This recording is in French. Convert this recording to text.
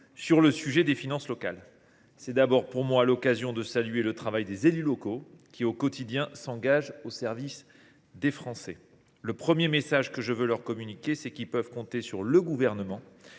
avec vous des finances locales. C’est d’abord pour moi l’occasion de saluer le travail des élus locaux, qui s’engagent au quotidien au service des Français. Le premier message que je veux leur communiquer, c’est qu’ils peuvent compter sur le Gouvernement